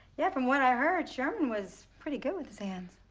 yeah, from what i heard, sherman was pretty good with his hands.